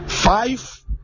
Five